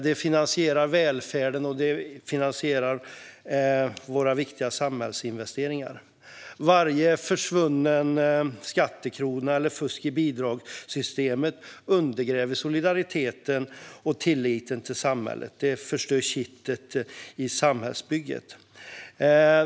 De finansierar välfärden och våra viktiga samhällsinvesteringar. Varje försvunnen skattekrona och allt fusk i bidragssystemet undergräver solidariteten och tilliten till samhället. Det förstör kittet i samhällsbygget.